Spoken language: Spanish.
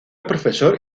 profesor